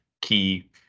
key